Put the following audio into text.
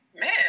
man